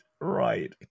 right